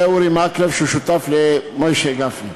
ואורי מקלב, שהוא שותף למשה גפני.